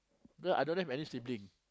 cause I don't have any sibling